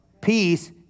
Peace